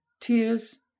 Tears